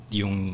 yung